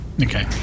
Okay